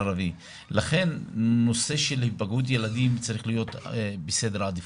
לכן נושא של היפגעות ילדים צריך להיות בסדר עדיפות,